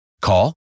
Call